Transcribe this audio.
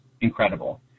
incredible